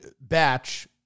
Batch